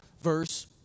verse